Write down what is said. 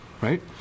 right